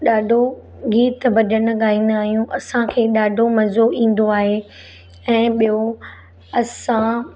ॾाढो गीत भॼन ॻाईंदा आहियूं असांखे ॾाढो मज़ो ईंदो आहे ऐं ॿियों असां